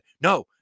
No